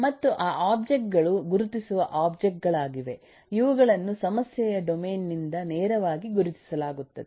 ಮತ್ತು ಆ ಒಬ್ಜೆಕ್ಟ್ ಗಳು ಗುರುತಿಸುವ ಒಬ್ಜೆಕ್ಟ್ ಗಳಾಗಿವೆ ಇವುಗಳನ್ನು ಸಮಸ್ಯೆಯ ಡೊಮೇನ್ ನಿಂದ ನೇರವಾಗಿ ಗುರುತಿಸಲಾಗುತ್ತದೆ